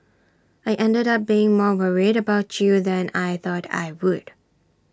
I ended up being more worried about you than I thought I would